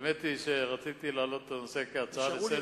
האמת היא שרציתי להעלות את הנושא כהצעה לסדר-היום,